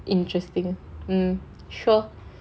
interesting hmm sure